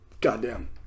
goddamn